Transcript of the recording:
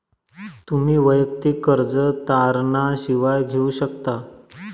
तुम्ही वैयक्तिक कर्ज तारणा शिवाय घेऊ शकता